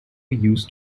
used